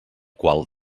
qual